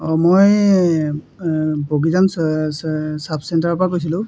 অঁ মই বগীজান চাব চেণ্টাৰৰ পৰা কৈছিলোঁ